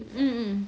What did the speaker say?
mm mm